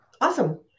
Awesome